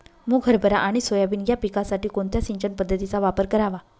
मुग, हरभरा आणि सोयाबीन या पिकासाठी कोणत्या सिंचन पद्धतीचा वापर करावा?